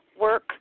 work